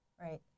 Right